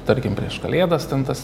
tarkim prieš kalėdas ten tas